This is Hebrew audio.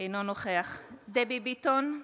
אינו נוכח דבי ביטון,